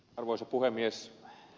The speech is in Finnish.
arvoisa puhemies